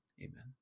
Amen